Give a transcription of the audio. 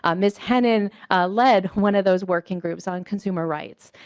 um ms. hendon led one of those working groups ah and consumer rights.